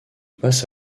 passe